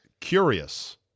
curious